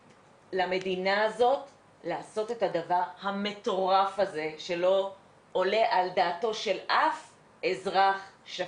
למדינה הזאת לעשות את הדבר המטורף הזה שלא עולה על דעתו של אף אזרח שפוי.